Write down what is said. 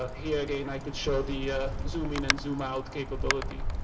here again i could show the zoom in and zoom out capability.